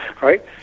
right